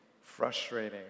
frustrating